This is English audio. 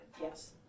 Yes